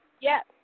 Yes